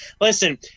Listen